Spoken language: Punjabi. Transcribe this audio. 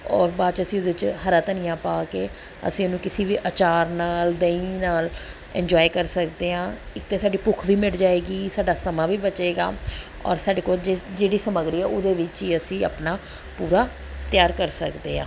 ਔਰ ਬਾਅਦ 'ਚ ਅਸੀਂ ਉਹਦੇ 'ਚ ਹਰਾ ਧਨੀਆ ਪਾ ਕੇ ਅਸੀਂ ਉਹਨੂੰ ਕਿਸੀ ਵੀ ਅਚਾਰ ਨਾਲ ਦਹੀਂ ਨਾਲ ਇੰਨਜੋਆਏ ਕਰ ਸਕਦੇ ਹਾਂ ਇੱਕ ਤਾਂ ਸਾਡੀ ਭੁੱਖ ਵੀ ਮਿਟ ਜਾਵੇਗੀ ਸਾਡਾ ਸਮਾਂ ਵੀ ਬਚੇਗਾ ਔਰ ਸਾਡੇ ਕੋਲ ਜਿ ਜਿਹੜੀ ਸਮੱਗਰੀ ਆ ਉਹਦੇ ਵਿੱਚ ਹੀ ਅਸੀਂ ਆਪਣਾ ਪੂਰਾ ਤਿਆਰ ਕਰ ਸਕਦੇ ਹਾਂ